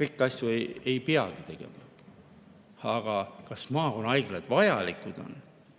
kõiki asju ei pea tegema. Aga kas maakonnahaiglad vajalikud on?